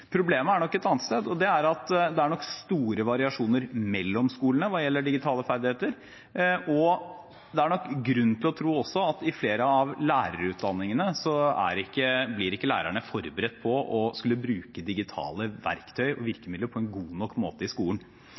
Problemet er nok et annet sted. Det er at det er nok store variasjoner mellom skolene hva gjelder digitale ferdigheter, og det er grunn til å tro også at i flere av lærerutdanningene blir ikke lærerne forberedt på å skulle bruke digitale verktøy og virkemidler på en god nok måte i skolen.